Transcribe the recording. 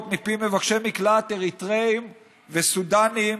מפי מבקשי מקלט אריתריאים וסודאנים